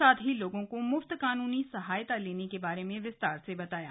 साथ ही लोगों को मुफ्त कानूनी सहायता लेने के बारे में विस्तार से बताया गया